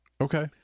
Okay